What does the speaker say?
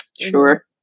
sure